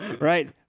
Right